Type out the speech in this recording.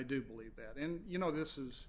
do believe that and you know this is